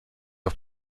auf